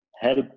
help